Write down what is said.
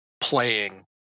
playing